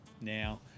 now